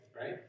right